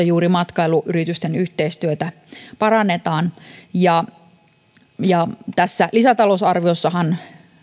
juuri matkailuyritysten yhteistyötä parannetaan ja ja tässä lisätalousarviossahan